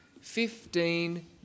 Fifteen